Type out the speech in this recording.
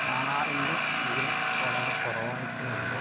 കാണാറുണ്ട് എങ്കിലും വളരെ കുറവായിട്ടേ ഉള്ളൂ